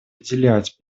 уделять